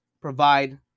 provide